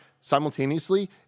simultaneously